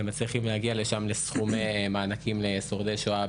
הם מצליחים להגיע לשם לסכומי מענקים מכובדים לשורדי שואה,